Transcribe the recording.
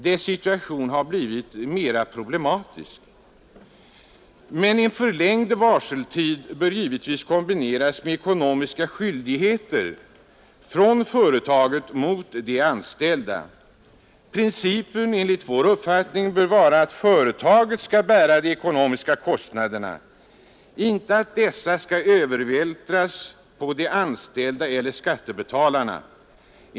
Men en förlängd varseltid bör givetvis kombineras med ekonomiska skyldigheter från företaget mot de anställda. Principen bör enligt vår mening vara att företaget skall bära de ekonomiska konsekvenserna, inte att dessa skall övervältras på de anställda eller skattebetalarna.